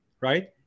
Right